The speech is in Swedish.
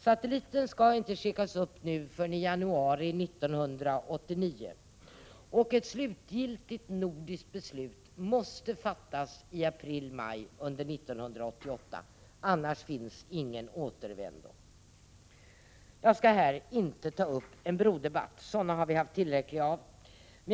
Satelliten kommer emellertid inte att skickas upp förrän i januari 1989, och ett slutgiltigt nordiskt beslut måste fattas i april eller maj 1988, annars finns det ingen återvändo. Jag skall här inte ta upp en brodebatt. Sådana har vi haft tillräckligt många.